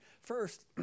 first